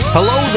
Hello